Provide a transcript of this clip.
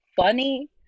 funny